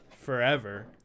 forever